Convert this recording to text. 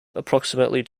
approximately